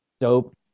dope